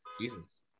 Jesus